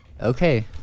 Okay